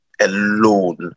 alone